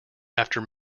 after